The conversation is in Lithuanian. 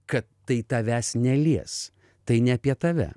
kad tai tavęs nelies tai ne apie tave